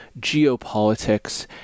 geopolitics